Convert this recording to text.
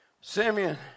Simeon